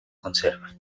conserva